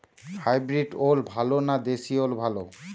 Hybrid ওল ভালো না দেশী ওল ভাল?